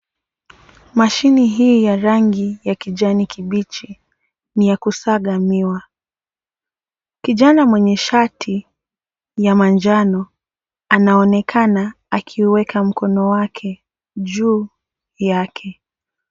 Mashini hii ya rangi ya kijani kibichi ni ya kusaga miwa. Kijana mwenye shati ya manjano anaonekana akiuweka mkono wake juu yake.